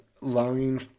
longing